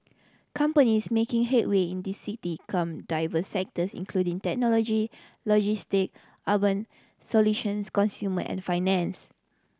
companies making headway in this city come diverse sectors including technology logistic urban solutions consumer and finance